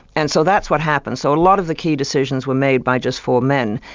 and so that's what happened. so a lot of the key decisions were made by just four men.